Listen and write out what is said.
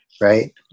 right